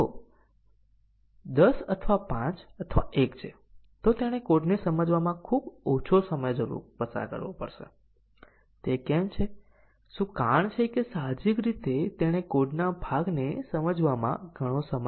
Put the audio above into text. અને તે પછી આપણે કંટ્રોલ નોડથી બીજા નોડમાં સ્થાનાંતરિત કરી શકે છે કે કેમ તેના પર આધાર રાખીને નોડ દોરીએ છીએ